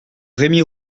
remy